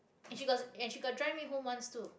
and she got and she got drive me home once too